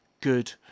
good